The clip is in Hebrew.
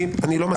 אני לא מסכים.